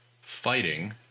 fighting